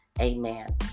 Amen